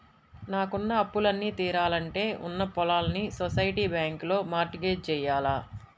నాకున్న అప్పులన్నీ తీరాలంటే ఉన్న పొలాల్ని సొసైటీ బ్యాంకులో మార్ట్ గేజ్ జెయ్యాల